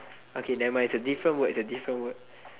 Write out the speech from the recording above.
okay nevermind it's a different word it's a different word